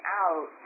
out